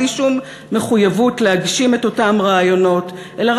בלי שום מחויבות להגשים את אותם רעיונות אלא